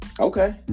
Okay